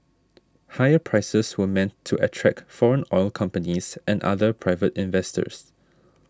higher prices were meant to attract foreign oil companies and other private investors